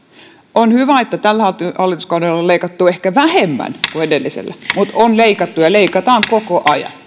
on hyvä että tällä hallituskaudella on leikattu ehkä vähemmän kuin edellisellä mutta on leikattu ja leikataan koko ajan